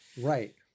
Right